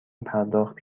پرداخت